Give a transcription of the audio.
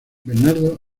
bernardo